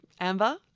Amber